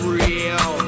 real